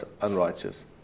unrighteous